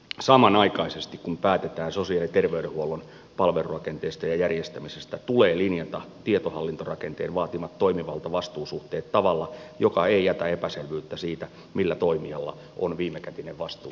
samanaikaisesti kun päätetään sosiaali ja terveydenhuollon palvelurakenteista ja järjestämisvastuusta tulee linjata tietohallintorakenteen vaatimat toimivalta ja vastuusuhteet tavalla joka ei jätä epäselvyyttä siitä millä toimijalla on viimekätinen vastuu asiassa